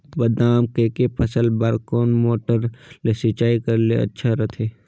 बादाम के के फसल बार कोन मोटर ले सिंचाई करे ले अच्छा रथे?